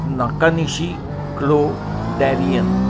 Nakanishi Chloe Darian